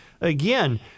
again—